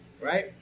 right